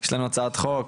יש לנו הצעת חוק,